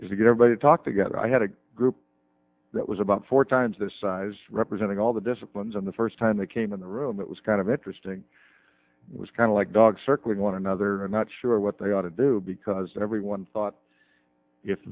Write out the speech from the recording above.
force to get everybody to talk together i had a group that was about four times the size representing all the disciplines on the first time they came in the room it was kind of interesting it was kind of like dogs circling one another and not sure what they ought to do because everyone thought if